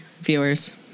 viewers